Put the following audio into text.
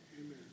Amen